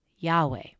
Yahweh